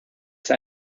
they